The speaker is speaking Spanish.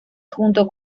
junto